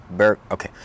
Okay